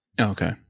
Okay